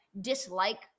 dislike